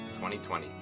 2020